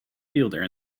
fielder